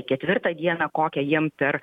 ketvirtą dieną kokią jiem per